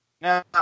Now